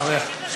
אחריה.